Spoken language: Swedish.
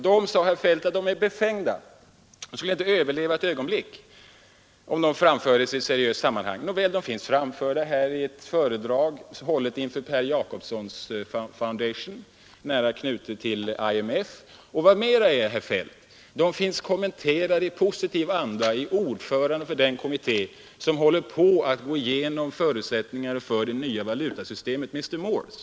De var befängda, sade herr Feldt; de skulle inte överleva ett ögonblick om de framfördes i ett seriöst sammanhang. Men de finns framförda i ett föredrag, hållet inför Per Jacobson Foundation, nära knuten till IMF. Vad mera är, herr Feldt, de finns kommenterade i positiv anda av ordföranden för den kommitté som håller på att gå igenom förutsättningarna för det nya valutasystemet, nämligen Mr. Morse.